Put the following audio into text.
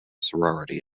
sorority